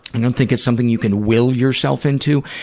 and don't think it's something you can will yourself into.